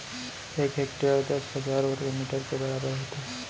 एक हेक्टर दस हजार वर्ग मीटर के बराबर होथे